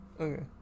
okay